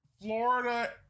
Florida